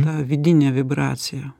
ta vidinė vibracija